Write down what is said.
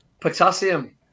Potassium